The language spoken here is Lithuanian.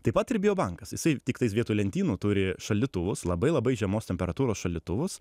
taip pat ir biobankas jisai tiktais vietoj lentynų turi šaldytuvus labai labai žemos temperatūros šaldytuvus